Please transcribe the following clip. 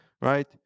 right